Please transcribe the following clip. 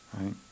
right